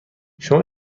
شما